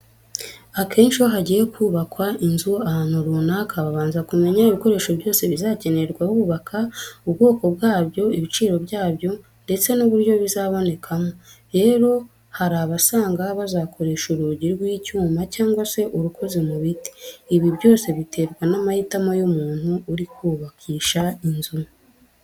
Akenshi iyo hagiye kubakwa inzu ahantu runaka, babanza kumenya ibikoresho byose bizakenerwa bubaka, ubwoko bwabyo, ibiciro byabyo ndetse n'uburyo bizabonekamo. Rero hari abasanga bazakoresha urugi rw'icyuma cyangwa se urukoze mu biti. Ibi byose biterwa n'amahitamo y'umuntu uri kubakisha inzu.